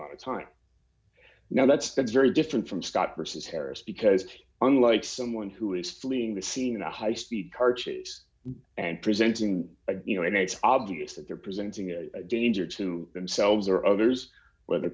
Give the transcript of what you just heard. amount of time now that's that's very different from scott versus harris because unlike someone who is fleeing the scene in a high speed car chase and presenting you know it's obvious that they're presenting a danger to themselves or others whether